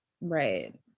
Right